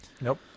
Nope